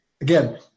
again